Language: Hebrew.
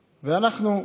ואנחנו,